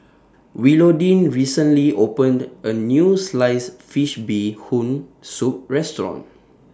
Willodean recently opened A New Sliced Fish Bee Hoon Soup Restaurant